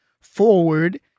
forward